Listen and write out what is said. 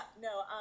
no